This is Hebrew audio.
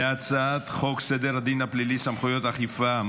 להצעת חוק סדר הדין הפלילי (סמכויות אכיפה,